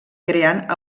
creant